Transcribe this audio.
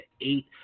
eight